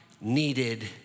needed